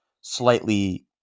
slightly